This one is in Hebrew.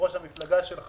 יושב-ראש המפלגה שלך,